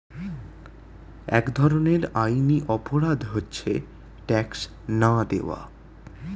এক ধরনের আইনি অপরাধ হচ্ছে ট্যাক্স না দেওয়া